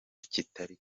kitari